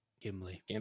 Gimli